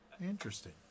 Interesting